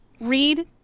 read